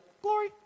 glory